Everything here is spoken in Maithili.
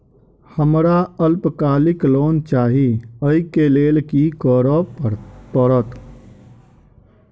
हमरा अल्पकालिक लोन चाहि अई केँ लेल की करऽ पड़त?